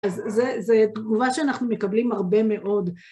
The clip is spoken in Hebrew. אז זו תגובה שאנחנו מקבלים הרבה מאוד.